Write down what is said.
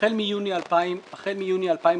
החל מיוני 2017,